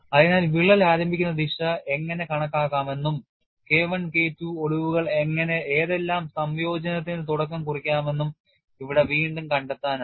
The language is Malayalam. അതിനാൽ വിള്ളൽ ആരംഭിക്കുന്ന ദിശ എങ്ങനെ കണക്കാക്കാമെന്നും K I K II ഒടിവുകൾ ഏതെല്ലാം സംയോജനത്തിന് തുടക്കം കുറിക്കാമെന്നും ഇവിടെ വീണ്ടും കണ്ടെത്താനാകും